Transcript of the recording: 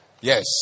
Yes